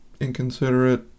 inconsiderate